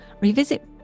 Revisit